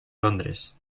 londres